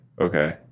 okay